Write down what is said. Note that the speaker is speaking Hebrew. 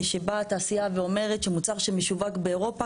שבאה התעשייה ואומרת שמוצר שמשווק באירופה,